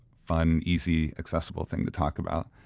fun, easy, accessible thing to talk about,